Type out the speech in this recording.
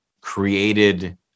created